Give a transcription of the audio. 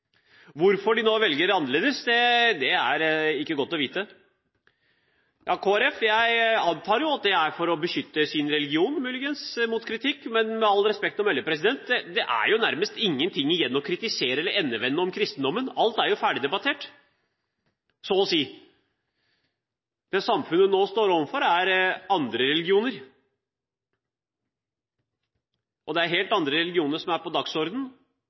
Hvorfor de nå velger annerledes, er ikke godt å vite. Jeg antar Kristelig Folkeparti muligens stemmer imot for å beskytte sin religion mot kritikk, men med all respekt å melde så er det nærmest ingen ting igjen av kristendommen å kritisere eller endevende. Alt er ferdigdebattert, så å si. Det samfunnet står overfor, er andre religioner, og det er helt andre religioner som er på